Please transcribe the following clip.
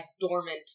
dormant